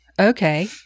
Okay